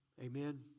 Amen